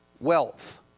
wealth